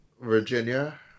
Virginia